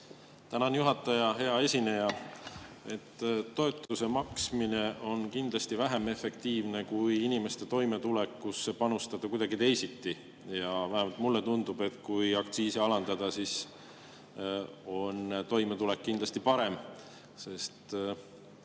Tänan, juhataja! Hea esineja! Toetuse maksmine on kindlasti vähem efektiivne kui inimeste toimetulekusse panustada kuidagi teisiti. Vähemalt mulle tundub, et kui aktsiisi alandada, siis on toimetulek kindlasti parem, sest